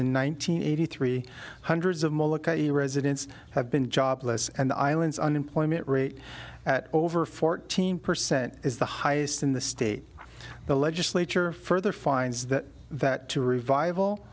hundred eighty three hundreds of residents have been jobless and the island's unemployment rate at over fourteen percent is the highest in the state the legislature further finds that that to revival